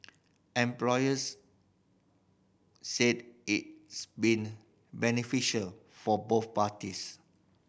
employers said it's been beneficial for both parties